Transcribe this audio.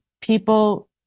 people